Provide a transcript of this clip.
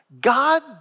God